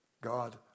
God